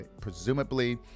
presumably